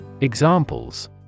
Examples